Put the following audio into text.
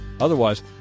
Otherwise